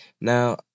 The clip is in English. Now